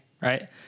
Right